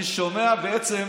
אני שומע, בעצם,